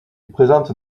présente